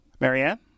Marianne